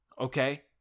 okay